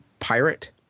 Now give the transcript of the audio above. pirate